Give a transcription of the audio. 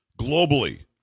globally